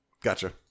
Gotcha